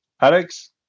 Alex